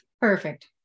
Perfect